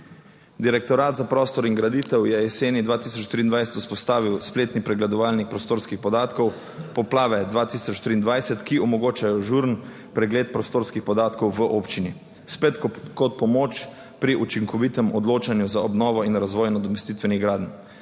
Direktorat za prostor in graditev je jeseni 2023 vzpostavil spletni pregledovalnik prostorskih podatkov poplave 2023, ki omogočajo ažuren pregled prostorskih podatkov v občini, spet kot pomoč pri učinkovitem odločanju za obnovo in razvoj nadomestitvenih gradenj,